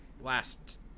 last